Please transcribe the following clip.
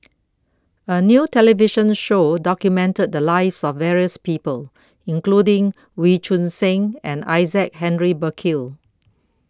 A New television Show documented The Lives of various People including Wee Choon Seng and Isaac Henry Burkill